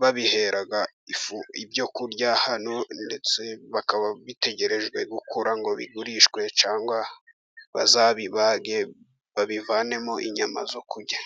babihera ibyo kurya hano ndetse bikaba bategerejwe gukura ngo bigurishwe, cyangwa bazabibage babivanemo inyama zo kurya.